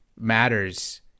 Matters